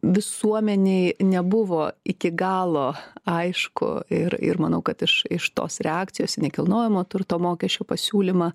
visuomenei nebuvo iki galo aišku ir ir manau kad iš iš tos reakcijos į nekilnojamo turto mokesčio pasiūlymą